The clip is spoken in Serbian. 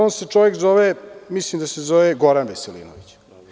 On se čovek zove, mislim da se zove Goran Veselinović.